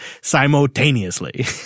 simultaneously